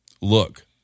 Look